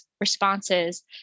responses